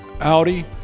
Audi